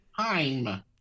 time